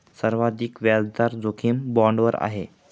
सर्वाधिक व्याजदर जोखीम बाँडवर आहे